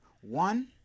One